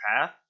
path